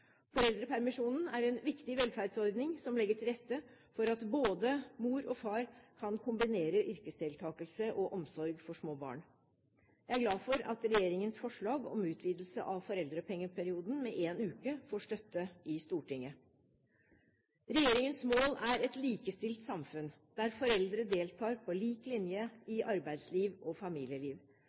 Foreldrepermisjonen er en viktig velferdsordning som legger til rette for at både mor og far kan kombinere yrkesdeltakelse og omsorg for små barn. Jeg er glad for at regjeringens forslag om utvidelse av foreldrepengeperioden med én uke får støtte i Stortinget. Regjeringens mål er et likestilt samfunn, der foreldre deltar på lik linje i arbeidsliv og familieliv.